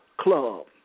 club